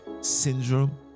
syndrome